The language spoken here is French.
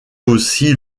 aussi